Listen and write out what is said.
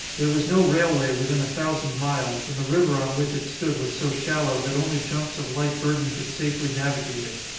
there was no railway within a thousand miles and the river on which it stood was so shallow that only junks of light, burden could safely navigate it.